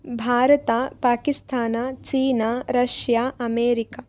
Bharat Pakistan China Russia America